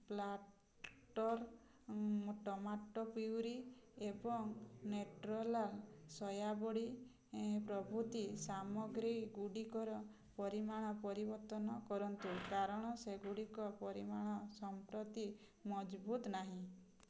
platter tomato puree ଏବଂ ନ୍ୟୁଟ୍ରେଲା ସୋୟାବଡ଼ି ପ୍ରଭୃତି ସାମଗ୍ରୀଗୁଡ଼ିକର ପରିମାଣ ପରିବର୍ତ୍ତନ କରନ୍ତୁ କାରଣ ସେଗୁଡ଼ିକ ପରିମାଣ ସମ୍ପ୍ରତି ମଜଜୁଦ୍ ନାହିଁ